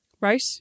right